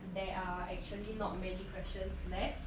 there are actually not many questions left